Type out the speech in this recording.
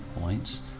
points